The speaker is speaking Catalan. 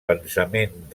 pensament